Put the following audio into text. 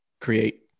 create